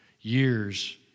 years